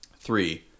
Three